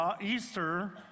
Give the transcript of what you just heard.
Easter